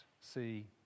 see